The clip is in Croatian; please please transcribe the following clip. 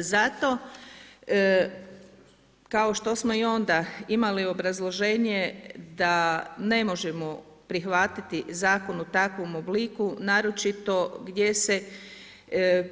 Zato, kao što smo i onda imali obrazloženje da ne možemo prihvatiti Zakon u takvom obliku, naročito gdje se